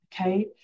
Okay